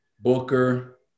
Booker